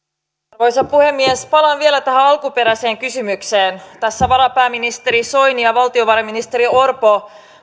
arvoisa puhemies palaan vielä tähän alkuperäiseen kysymykseen tässä varapääministeri soini ja valtiovarainministeri orpo